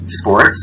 sports